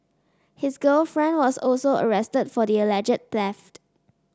his girlfriend was also arrested for the alleged theft